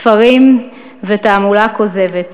ספרים ותעמולה כוזבת.